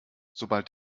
sobald